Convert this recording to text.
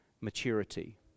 maturity